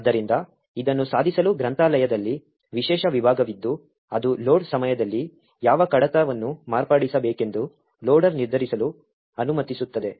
ಆದ್ದರಿಂದ ಇದನ್ನು ಸಾಧಿಸಲು ಗ್ರಂಥಾಲಯದಲ್ಲಿ ವಿಶೇಷ ವಿಭಾಗವಿದ್ದು ಅದು ಲೋಡ್ ಸಮಯದಲ್ಲಿ ಯಾವ ಕಡತವನ್ನು ಮಾರ್ಪಡಿಸಬೇಕೆಂದು ಲೋಡರ್ ನಿರ್ಧರಿಸಲು ಅನುಮತಿಸುತ್ತದೆ